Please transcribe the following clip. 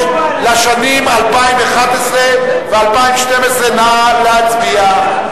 לשנים 2011 ו-2012, נא להצביע.